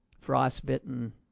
frostbitten